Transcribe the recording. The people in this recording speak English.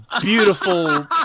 beautiful